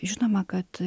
žinoma kad